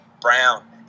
Brown